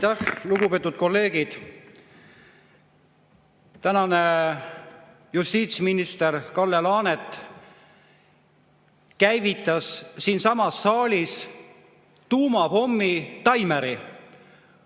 Lugupeetud kolleegid! Tänane justiitsminister Kalle Laanet käivitas siinsamas saalis tuumapommi taimeri